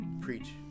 Preach